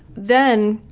then,